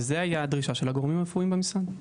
וזו הייתה הדרישה של הגורמים הרפואיים במשרד.